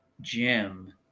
Jim